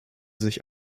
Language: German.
sich